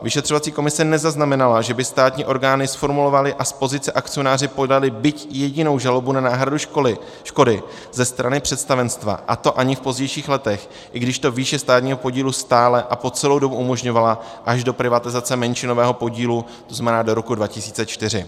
Vyšetřovací komise nezaznamenala, že by státní orgány zformulovaly a z pozice akcionáře podaly byť jedinou žalobu na náhradu škody ze strany představenstva, a to ani v pozdějších letech, i když to výše státního podílu stále a po celou dobu umožňovala, až do privatizace menšinového podílu, to znamená do roku 2004.